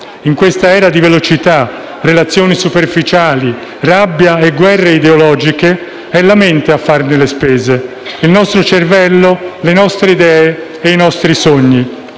In questa era di velocità, relazioni superficiali, rabbia e guerre ideologiche è la mente a farne le spese, il nostro cervello, le nostre idee e i nostri sogni.